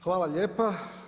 Hvala lijepa.